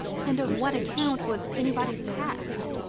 and of what account was anybody's past,